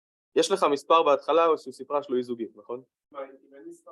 יש לך מספר בהתחלה או סיפרה שהיא אי-זוגית נכון?